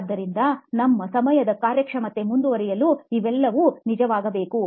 ಆದ್ದರಿಂದ ನಮ್ಮ ಸಮಯದ ಕಾರ್ಯಕ್ಷಮತೆ ಮುಂದುವರಿಯಲು ಇವೆಲ್ಲವೂ ನಿಜವಾಗಬೇಕು